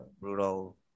brutal